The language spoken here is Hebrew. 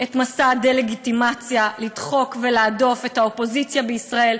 את מסע הדה-לגיטימציה: לדחוק ולהדוף את האופוזיציה בישראל,